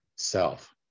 self